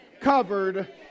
covered